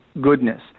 goodness